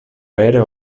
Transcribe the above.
vere